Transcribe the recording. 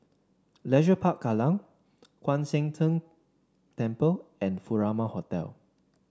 Leisure Park Kallang Kwan Siang Tng Temple and Furama Hotel